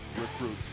recruit